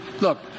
Look